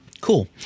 Cool